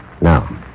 Now